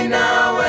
now